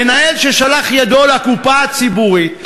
מנהל ששלח ידו לקופה הציבורית,